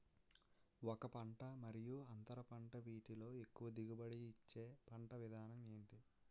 ఒక పంట మరియు అంతర పంట వీటిలో ఎక్కువ దిగుబడి ఇచ్చే పంట విధానం ఏంటి?